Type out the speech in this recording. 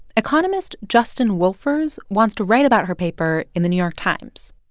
economist justin wolfers wants to write about her paper in the new york times.